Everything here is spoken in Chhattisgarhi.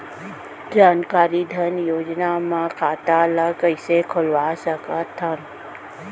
जानकारी धन योजना म खाता ल कइसे खोलवा सकथन?